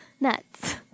nuts